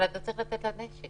13:40) אבל אתה צריך לתת לה נשק.